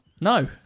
No